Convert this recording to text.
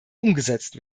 umgesetzt